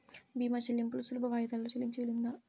భీమా చెల్లింపులు సులభ వాయిదాలలో చెల్లించే వీలుందా?